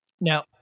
Now